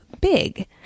big